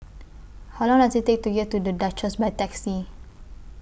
How Long Does IT Take to get to The Duchess By Taxi